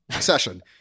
session